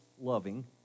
loving